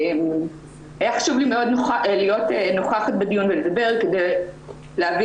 היה לי חשוב מאוד להיות נוכחת בדיון ולדבר כדי להביא